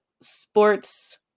Sports